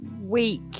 week